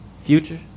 Future